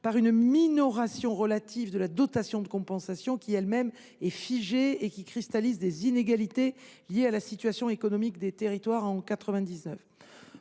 par une minoration relative de la dotation de compensation – laquelle est figée et cristallise des inégalités liées à la situation économique des territoires au titre